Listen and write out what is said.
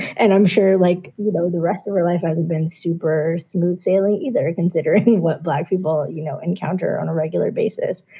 and i'm sure, like, you know, the rest of her life hasn't been super smooth sailing either, considering what black people, you know, encounter on a regular basis.